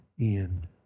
end